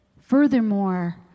Furthermore